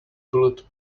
bullet